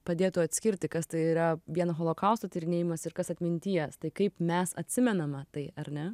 padėtų atskirti kas tai yra vien holokausto tyrinėjimas ir kas atminties tai kaip mes atsimename tai ar ne